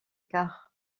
quart